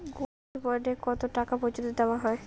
Gold bond এ কতো টাকা পর্যন্ত দেওয়া হয়?